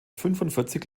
fünfundvierzig